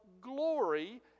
glory